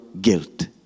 guilt